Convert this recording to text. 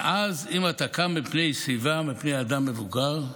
ואז, אם אתה קם מפני שיבה, מפני אדם מבוגר,